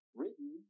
written